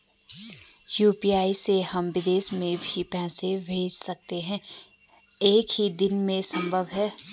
UPI से हम विदेश में भी पैसे भेज सकते हैं एक ही दिन में संभव है?